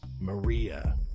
Maria